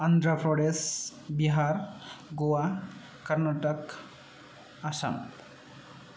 Andhra Pradesh Bihar Goa Karnataka Assam